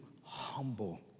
humble